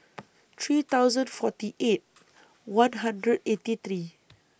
three hundred forty eight one hundred eighty three